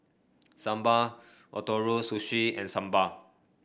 Sambar Ootoro Sushi and Sambar